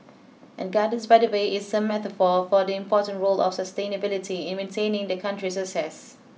and gardens by the bay is a metaphor for the important role of sustainability in maintaining the country's success